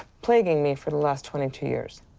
plaguing me for the last twenty two years.